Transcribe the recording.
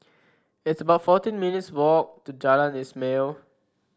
it's about fourteen minutes' walk to Jalan Ismail